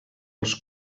els